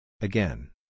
Again